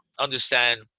understand